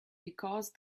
because